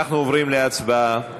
אנחנו עוברים להצבעה.